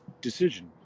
decision